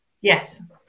Yes